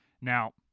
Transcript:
now